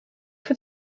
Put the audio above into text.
for